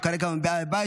וכרגע הוא מבאי הבית.